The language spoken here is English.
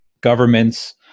governments